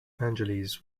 angeles